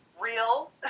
real